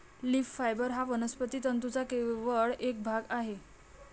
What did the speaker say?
leaf fibre हा वनस्पती तंतूंचा केवळ एक भाग आहे